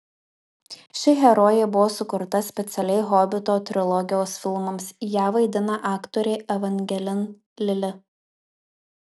ši herojė buvo sukurta specialiai hobito trilogijos filmams ją vaidina aktorė evangelin lili